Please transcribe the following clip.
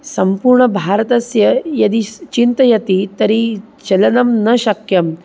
सम्पूर्णभारतस्य यदि स् चिन्तयति तर्हि चलनं न शक्यम्